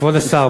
כבוד השר,